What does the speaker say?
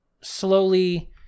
slowly